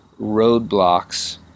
roadblocks